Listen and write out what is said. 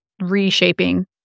reshaping